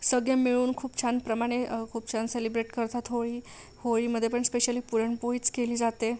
सगळे मिळून खूप छान प्रमाणे खूप छान सेलेब्रेट करतात होळी होळीमध्ये पण स्पेशल पुरणपोळीच केली जाते